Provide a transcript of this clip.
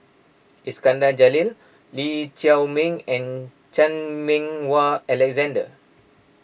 Iskandar Jalil Lee Chiaw Meng and Chan Meng Wah Alexander